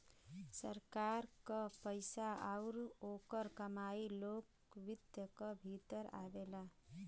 सरकार क पइसा आउर ओकर कमाई लोक वित्त क भीतर आवेला